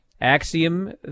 Axiom